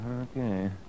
okay